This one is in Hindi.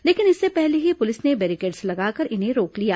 लेकिन इससे पहले ही पुलिस ने बैरीकेड्स लगाकर इन्हें रोक लिया